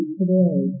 today